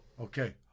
Okay